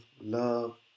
love